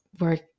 work